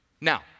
Now